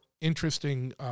interesting